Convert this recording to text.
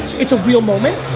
it's a real moment.